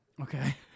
Okay